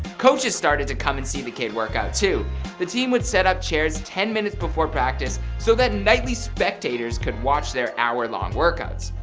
coaches started to come and see the kid workout. the team would set up chairs ten minutes before practice so that nightly spectators could watch their hour long workouts.